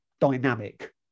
dynamic